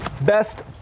best